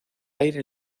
aire